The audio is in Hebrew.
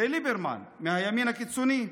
זה ליברמן, מהימין הקיצוני,